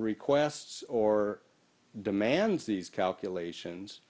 requests or demands these calculations